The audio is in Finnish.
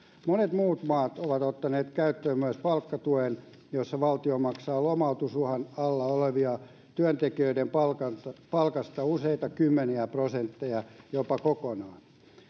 monet muut maat ovat ottaneet käyttöön myös palkkatuen jossa valtio maksaa lomautusuhan alla olevien työntekijöiden palkasta palkasta useita kymmeniä prosentteja jopa ne kokonaan